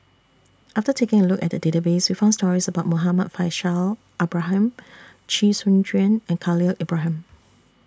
after taking A Look At The Database We found stories about Muhammad Faishal Ibrahim Chee Soon Juan and Khalil Ibrahim